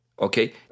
okay